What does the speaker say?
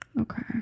Okay